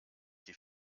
die